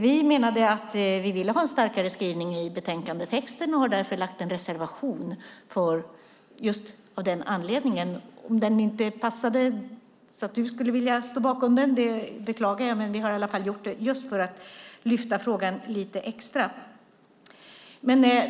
Vi menade att vi ville ha en starkare skrivning i betänkandetexten och har därför skrivit en reservation av just den anledningen. Att du inte vill ställa dig bakom den beklagar jag. Men vi har i alla fall gjort det just för att lyfta fram frågan lite extra.